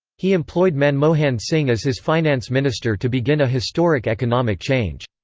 he employed manmohan singh as his finance minister to begin a historic economic change.